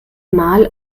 mal